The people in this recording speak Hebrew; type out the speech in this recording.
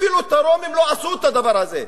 אפילו הרומים לא עשו את הדבר הזה.